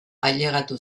ailegatu